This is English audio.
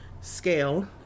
scale